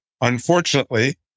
Unfortunately